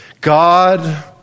God